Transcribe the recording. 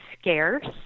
scarce